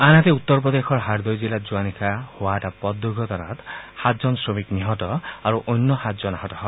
আনহাতে উত্তৰ প্ৰদেশৰ হাৰদৈ জিলাত যোৱা নিশা হোৱা এটা পথ দুৰ্ঘটনাত সাতজন শ্ৰমিক নিহত আৰু অন্য সাতজন আহত হয়